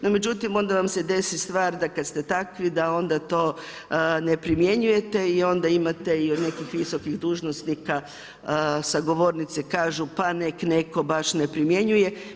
No, međutim, onda vasm se desi stvar, da kad ste takvi, da onda to ne primjenjujete i onda imate i od nekih visokih dužnosnika, sa govornice kažu, pa nek netko baš ne primjenjuje.